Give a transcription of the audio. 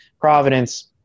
Providence